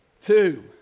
Two